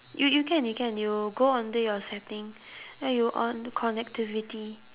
y~ you can you can you go under your settings then you on connectivity